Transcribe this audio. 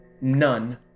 none